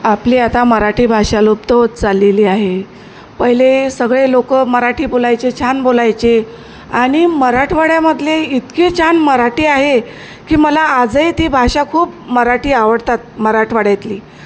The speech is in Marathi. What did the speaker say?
आपली आता मराठी भाषा लुप्त होत चाललेली आहे पहिले सगळे लोकं मराठी बोलायचे छान बोलायचे आणि मराठवाड्यामधले इतकी छान मराठी आहे की मला आजही ती भाषा खूप मराठी आवडतात मराठवाड्यातली